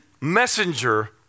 messenger